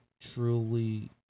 truly